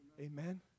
Amen